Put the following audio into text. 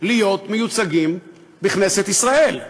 להיות מיוצגים בכנסת ישראל?